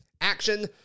action